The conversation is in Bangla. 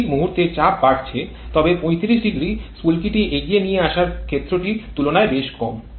এই মুহুর্তে চাপ বাড়ছে তবে ৩৫০ স্ফুলকিটি এগিয়ে নিয়ে আসার ক্ষেত্রেটির তুলনায় বেশ কম